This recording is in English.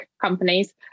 companies